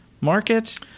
market